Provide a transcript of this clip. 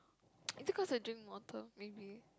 I think cause I drink water maybe